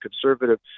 conservative